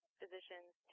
physicians